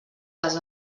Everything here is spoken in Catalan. les